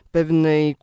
pewnej